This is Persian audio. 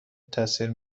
تاثیر